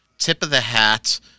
tip-of-the-hat